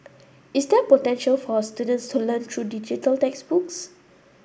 is there potential for our students to learn through digital textbooks